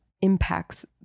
impacts